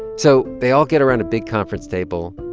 so they all get around a big conference table.